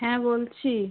হ্যাঁ বলছি